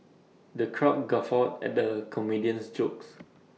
the crowd guffawed at the comedian's jokes